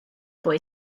boy